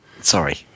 Sorry